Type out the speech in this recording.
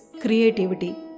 creativity